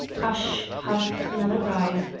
hush! hark! another prize!